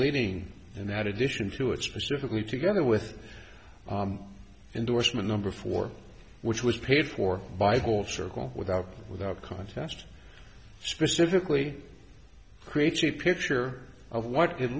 lading and that addition to it specifically together with indorsement number four which was paid for by whole circle without without a contest specifically creates a picture of what at